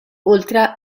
oltre